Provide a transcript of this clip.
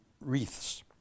wreaths